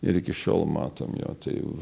ir iki šiol matom jo tai